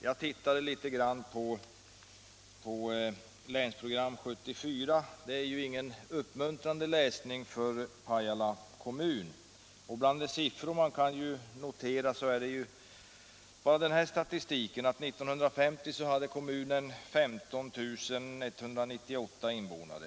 Jag tittade på Länsprogram 74. Det är ingen uppmuntrande läsning för Pajala kommun. BI. a. kan följande siffror noteras i statistiken: År 1950 hade Pajala kommun 15 198 invånare.